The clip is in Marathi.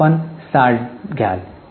तर आपण 60 घ्याल